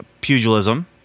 Pugilism